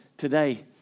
Today